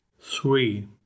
three